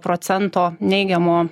procento neigiamo